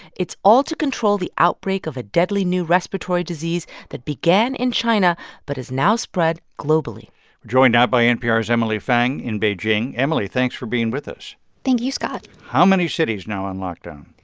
it's all to control the outbreak of a deadly, new respiratory disease that began in china but has now spread globally joined now by npr's emily feng in beijing. emily, thanks for being with us thank you, scott how many cities now on lockdown?